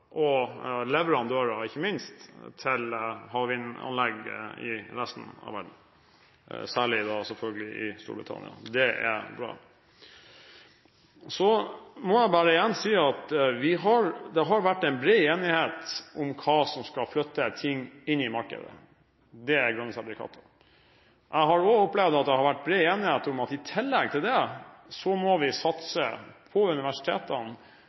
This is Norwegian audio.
og leverandører, ikke minst, til havvindanlegg i resten av verden, særlig i Storbritannia. Det er bra. Så må jeg bare igjen si at det har vært bred enighet om hva som skal flytte ting inn i markedet. Det er grønne sertifikater. Jeg har også opplevd at det har vært bred enighet om at vi i tillegg til det må satse på universitetene,